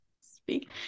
speak